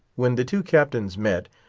when the two captains met,